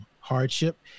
hardship